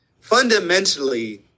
fundamentally